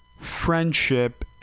friendship